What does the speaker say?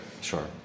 Sure